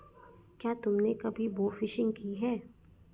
क्या तुमने कभी बोफिशिंग की है?